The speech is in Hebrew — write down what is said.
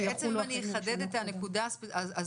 אז בעצם אם אני אחדד את הנקודה הזאת,